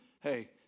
hey